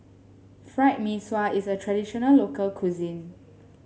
Fried Mee Sua is a traditional local cuisine